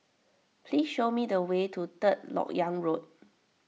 please show me the way to Third Lok Yang Road